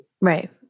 Right